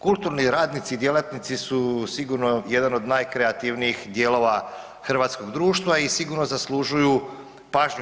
Kulturni radnici i djelatnici su sigurno jedan od najkreativnijih dijelova hrvatskog društva i sigurno zaslužuju pažnju.